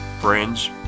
friends